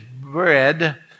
bread